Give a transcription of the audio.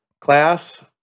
Class